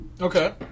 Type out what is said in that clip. Okay